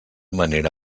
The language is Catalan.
manera